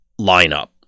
lineup